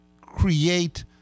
create